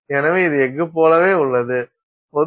எனவே இது எஃகு போலவே உள்ளது